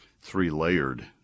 three-layered